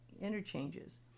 interchanges